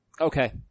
Okay